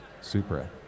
Supra